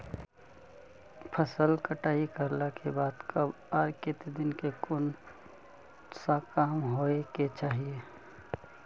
फसल कटाई करला के बाद कब आर केते दिन में कोन सा काम होय के चाहिए?